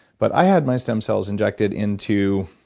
but i had my stem cells injected into,